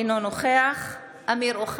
יולי יואל אדלשטיין, אינו נוכח אמיר אוחנה,